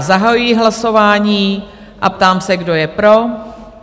Zahajuji hlasování a ptám se, kdo je pro?